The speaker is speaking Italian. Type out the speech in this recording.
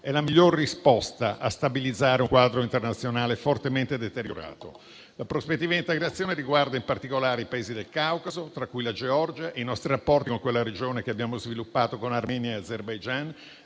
è la miglior risposta per stabilizzare un quadro internazionale fortemente deteriorato. La prospettiva dell'integrazione riguarda in particolare i Paesi del Caucaso, tra cui la Georgia, e i rapporti che abbiamo sviluppato in quella regione